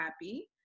happy